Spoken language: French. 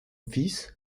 fils